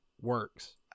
works